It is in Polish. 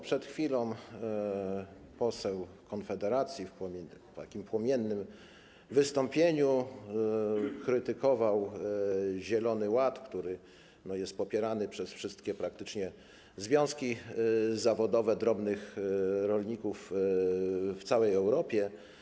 Przed chwilą poseł Konfederacji w płomiennym wystąpieniu krytykował zielony ład, który jest popierany przez wszystkie praktycznie związki zawodowe drobnych rolników w całej Europie.